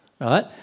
right